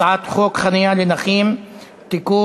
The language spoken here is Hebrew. הצעת חוק חניה לנכים (תיקון).